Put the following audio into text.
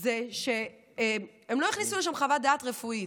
זה שהם לא הכניסו לשם חוות דעת רפואית.